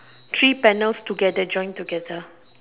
three panels together join together